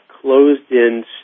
closed-in